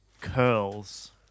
curls